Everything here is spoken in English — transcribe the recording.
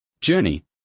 Journey